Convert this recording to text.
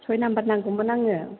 सय नाम्बार नांगौमोन आंनो